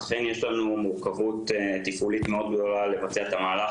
אכן יש לנו מורכבות תפעולית מאוד גדולה לבצע את המהלך,